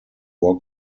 war